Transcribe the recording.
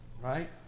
Right